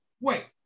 Wait